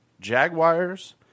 Jaguars